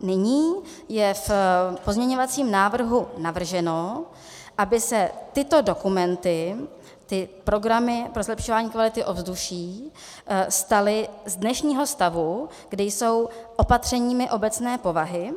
Nyní je v pozměňovacím návrhu navrženo, aby se tyto dokumenty, ty programy pro zlepšování kvality ovzduší, staly z dnešního stavu, kdy jsou opatřeními obecné povahy,